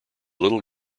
little